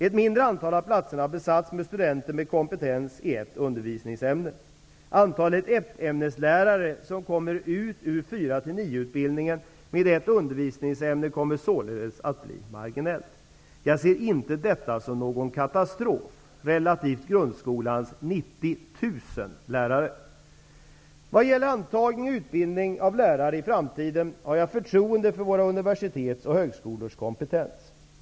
Ett mindre antal av platserna har besatts med studenter med kompetens i ett undervisningsämne. Antalet ettämneslärare som kommer ut ur 4--9-utbildningen med ett undervisningsämne kommer således att bli marginellt. Jag ser inte detta såsom någon katastrof relativt grundskolans 90 000 lärare. Vad gäller antagning och utbildning av lärare i framtiden har jag förtroende för våra universitets och högskolors kompetens.